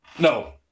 No